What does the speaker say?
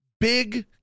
Big